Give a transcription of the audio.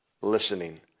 listening